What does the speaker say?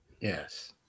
Yes